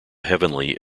heavenly